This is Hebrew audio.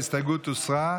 ההסתייגות הוסרה.